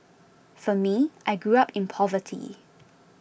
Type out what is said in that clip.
for me I grew up in poverty